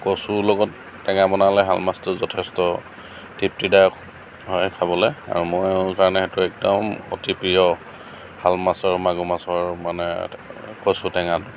কচুৰ লগত টেঙা বনালে শাল মাছটো যথেষ্ট তৃপ্তিদায়ক হয় খাবলৈ আৰু মোৰ কাৰণেটো একদম অতি প্ৰিয় শাল মাছৰ আৰু মাগুৰ মাছৰ মানে কচু টেঙাটো